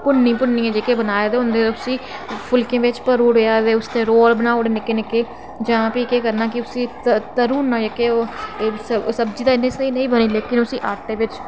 भुनी भुनियै जेह्के में बनाए दे होंदे उसी फुलकें बिच भरी ओड़ेआ ते रोल बनाई ओड़े निक्के निक्के जां भी केह् करना की उसी भरी ओड़नां सब्जी ते स्हेई नेईं बनी पर उसी आटे बिच